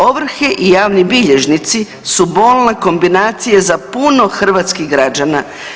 Ovrhe i javni bilježnici su bolna kombinacija za puno hrvatskih građana.